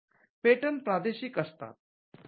patent प्रादेशिक असतात